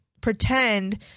pretend